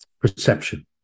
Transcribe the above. perception